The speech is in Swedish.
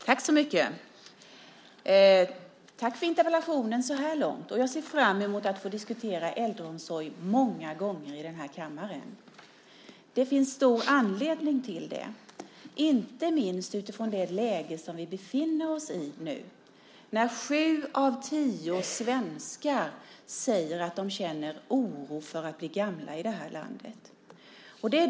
Herr talman! Jag till tacka för interpellationsdebatten så här långt. Jag ser fram emot att få diskutera äldreomsorg många gånger i den här kammaren. Det finns anledning till det, inte minst utifrån det läge som vi nu befinner oss i. Sju av tio svenskar säger att de känner oro för att bli gamla i det här landet.